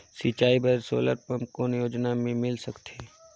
सिंचाई बर solar pump कौन योजना ले मिल सकथे?